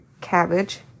cabbage